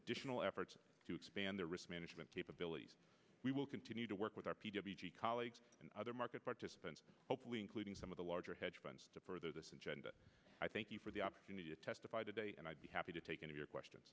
additional efforts to expand their risk management capabilities we will continue to work with our p w g colleagues and other market participants including some of the larger hedge funds to further this agenda i thank you for the opportunity to testify today and i'd be happy to take your question